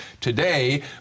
today